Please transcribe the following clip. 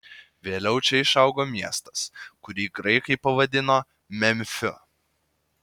vėliau čia išaugo miestas kurį graikai pavadino memfiu